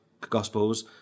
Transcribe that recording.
Gospels